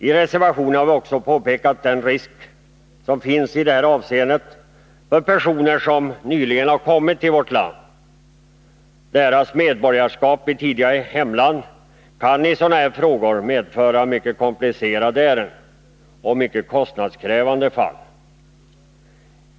I reservation 3 har vi påpekat den stora risken i det avseendet för personer som nyligen har kommit till vårt land. Deras medborgarskap i tidigare hemland kan i sådana frågor medföra mycket komplicerade ärenden, och det är mycket kostnadskrävande fall.